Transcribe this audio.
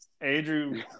Andrew